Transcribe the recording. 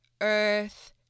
earth